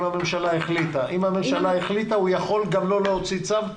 אם הממשלה החליטה, הוא יכול גם לא להוציא צו?